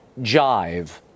jive